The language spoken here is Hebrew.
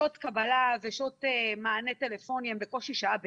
שעות הקבלה ושעות המענה הטלפוני הן בקושי שעה ביום.